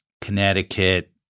Connecticut